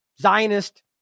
Zionist